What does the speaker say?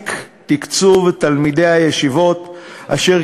להפסיק את תקצוב תלמידי הישיבות אשר